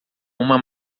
uma